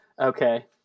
Okay